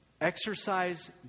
Exercise